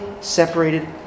separated